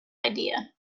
idea